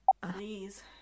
Please